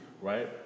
right